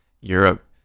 Europe